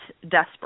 desperate